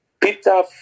Peter